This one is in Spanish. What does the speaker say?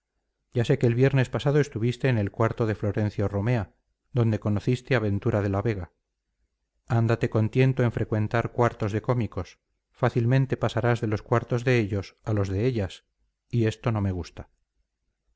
ya sé que el viernes pasado estuviste en el cuarto de florencio romea donde conociste a ventura de la vega ándate con tiento en frecuentar cuartos de cómicos fácilmente pasarás de los cuartos de ellos a los de ellas y esto no me gusta